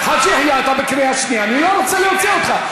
מי לא רוצה בזה?